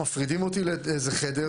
מפרידים אותי באיזה חדר,